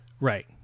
Right